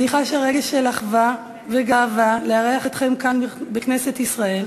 אני חשה רגש של אחווה וגאווה לארח אתכם כאן בכנסת ישראל.